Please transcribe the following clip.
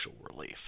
relief